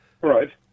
Right